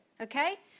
okay